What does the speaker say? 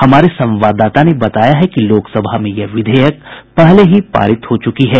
हमारे संवाददाता ने बताया है कि लोकसभा में यह विधेयक पहले ही पारित हो चुका है